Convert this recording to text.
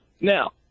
Now